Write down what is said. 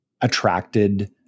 attracted